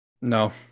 no